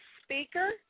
speaker